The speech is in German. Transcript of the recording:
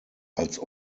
als